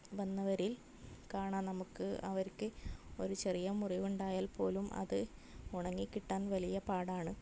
വന്നവരിൽ കാണാം നമുക്ക് അവരിക്ക് ഒരു ചെറിയ മുറിവുണ്ടായാൽ പോലും അത് ഉണങ്ങി കിട്ടാൻ വലിയ പാടാണ്